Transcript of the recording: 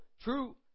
True